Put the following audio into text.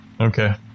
Okay